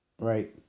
Right